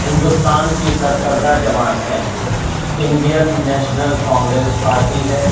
ہندوستان کی سرکردہ جماعتیں انڈین نیشنل کانگریس پارٹی ہے